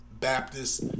Baptist